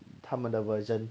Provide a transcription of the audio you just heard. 他们的 version